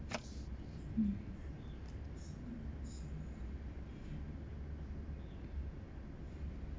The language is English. hmm